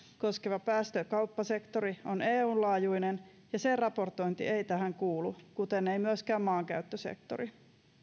koskeva päästökauppasektori on eun laajuinen ja sen raportointi ei tähän kuulu kuten ei myöskään maankäyttösektori